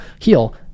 heal